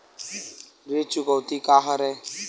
ऋण चुकौती का हरय?